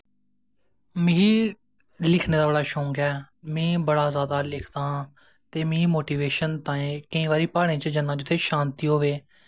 मिगी लिखनें दा बड़ा जैदा शौक ऐ में बड़ा जैदा लिखदा आं ते में मोटिवेशन ताहीं केईं बारी प्हाड़ें च जन्ना जित्थै शांति होए